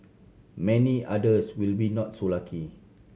many others will be not so lucky